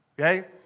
Okay